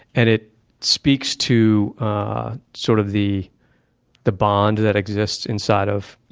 and it speaks to sort of the the bond that exists inside of